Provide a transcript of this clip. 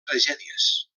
tragèdies